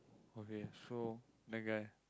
okay so that guy